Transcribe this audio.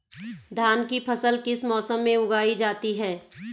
धान की फसल किस मौसम में उगाई जाती है?